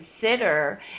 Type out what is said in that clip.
consider